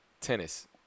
tennis